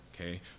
okay